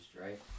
right